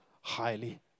highly